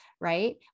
right